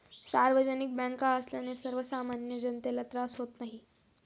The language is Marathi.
सार्वजनिक बँका असल्याने सर्वसामान्य जनतेला त्रास होत नाही